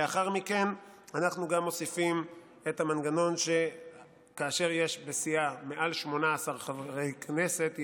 לאחר מכן אנחנו גם מוסיפים את המנגנון שכאשר יש בסיעה מעל 18 חברי כנסת,